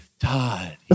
Todd